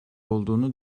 olduğunu